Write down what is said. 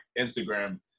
Instagram